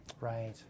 Right